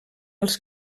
els